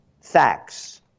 facts